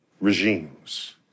regimes